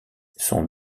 son